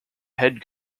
head